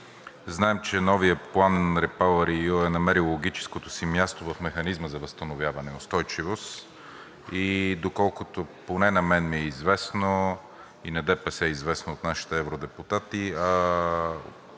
Знаем, че новият план REPowerEU е намерил логическото си място в Механизма за възстановяване и устойчивост и доколкото поне на мен ми е известно, и на ДПС е известно от нашите евродепутати